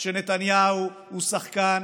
שנתניהו הוא שחקן